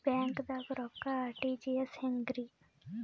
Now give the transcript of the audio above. ಬ್ಯಾಂಕ್ದಾಗ ರೊಕ್ಕ ಆರ್.ಟಿ.ಜಿ.ಎಸ್ ಹೆಂಗ್ರಿ?